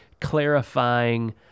clarifying